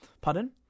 Pardon